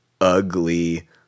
ugly